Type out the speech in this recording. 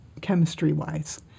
chemistry-wise